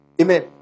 Amen